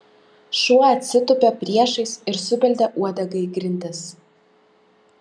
šuo atsitūpė priešais ir subeldė uodega į grindis